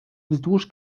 wzdłuż